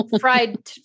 fried